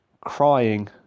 crying